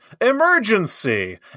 emergency